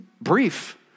brief